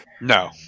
No